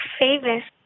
famous